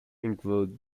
include